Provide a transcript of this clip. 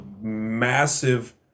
massive